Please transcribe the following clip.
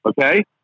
Okay